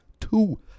two